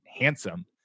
handsome